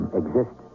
exist